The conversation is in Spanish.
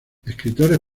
escritores